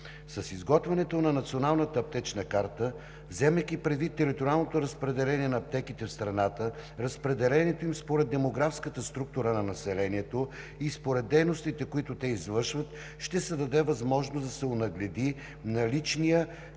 С изготвянето на Националната аптечна карта, вземайки предвид териториалното разпределение на аптеките в страната, разпределението им според демографската структура на населението и според дейностите, които те извършват, ще се даде възможност да се онагледи наличният